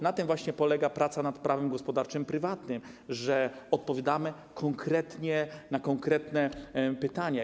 Na tym właśnie polega praca nad prawem gospodarczym prywatnym, że odpowiadamy konkretnie na konkretne pytania.